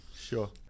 sure